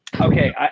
Okay